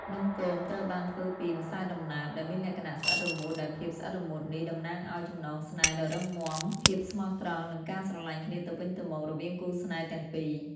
នំគមត្រូវបានធ្វើពី ម្សៅដំណើប ដែលមានលក្ខណៈស្អិតរមួតដែលភាពស្អិតរមួតនេះតំណាងឲ្យចំណងស្នេហ៍ដ៏រឹងមាំភាពស្មោះត្រង់ និងការស្រឡាញ់គ្នាទៅវិញទៅមក រវាងគូរស្នេហ៍ទាំងពីរ។